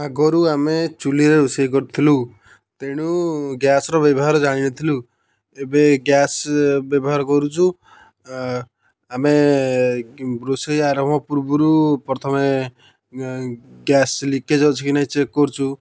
ଆଗରୁ ଆମେ ଚୂଲିରେ ରୋଷେଇ କରୁଥିଲୁ ତେଣୁ ଗ୍ୟାସ୍ର ବ୍ୟବହାର ଜାଣି ନଥିଲୁ ଏବେ ଗ୍ୟାସ୍ ବ୍ୟବହାର କରୁଛୁ ଆମେ ରୋଷେଇ ଆରମ୍ଭ ପୂର୍ବରୁ ପ୍ରଥମେ ଗ୍ୟାସ୍ ଲିକେଜ୍ ଅଛି କି ନାହିଁ ଚେକ୍ କରୁଛୁ